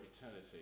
eternity